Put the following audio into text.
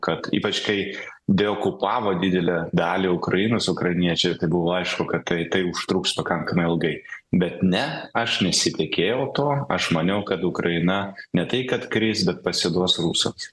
kad ypač kai deokupavo didelę dalį ukrainos ukrainiečiai ir tai buvo aišku kad tai tai užtruks pakankamai ilgai bet ne aš nesitikėjau to aš maniau kad ukraina ne tai kad kris bet pasiduos rusams